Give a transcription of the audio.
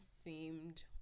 seemed